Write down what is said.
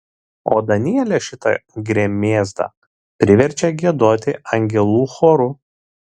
o danielė šitą gremėzdą priverčia giedoti angelų choru